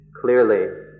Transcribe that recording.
clearly